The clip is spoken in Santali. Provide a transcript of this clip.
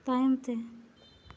ᱛᱟᱭᱚᱢᱛᱮ